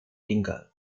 tinggal